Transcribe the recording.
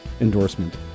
endorsement